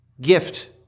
gift